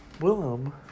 Willem